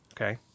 Okay